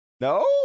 No